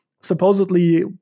supposedly